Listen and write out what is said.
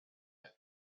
had